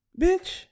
Bitch